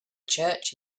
church